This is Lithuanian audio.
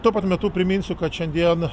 tuo pat metu priminsiu kad šiandien